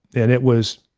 and it was,